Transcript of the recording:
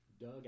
Doug